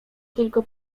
tylko